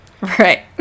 Right